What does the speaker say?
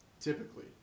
typically